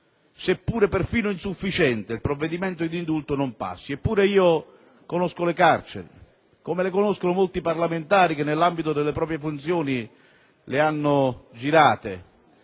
seppur perfino insufficiente provvedimento di indulto, non passi. Eppure io conosco le carceri, come le conoscono molti parlamentari che nell'ambito delle proprie funzioni le hanno girate;